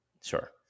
Sure